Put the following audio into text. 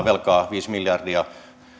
velkaa viisi miljardia